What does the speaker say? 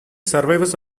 survivors